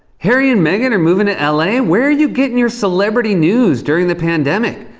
harry and meghan are moving to l a? where are you getting your celebrity news during the pandemic?